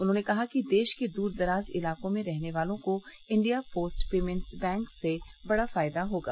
उन्होंने कहा कि देश के दूरदराज इलाकों में रहने वालों को इंडिया पोस्ट पेमेंट्स बैंक से बड़ा फायदा होगा